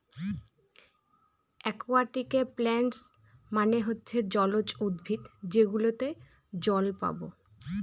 একুয়াটিকে প্লান্টস মানে হচ্ছে জলজ উদ্ভিদ যেগুলোতে জল পাবো